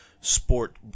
sport